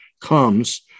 comes